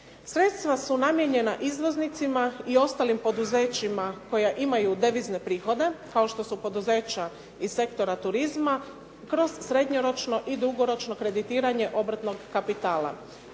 Sredstva su namijenjena izvoznicima i ostalim poduzećima koja imaju devizne prihoda kao što su poduzeća iz sektora turizma kroz srednjoročno i dugoročno kreditiranje obrtnog kapitala.